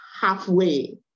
halfway